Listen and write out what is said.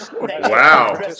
Wow